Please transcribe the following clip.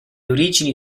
origini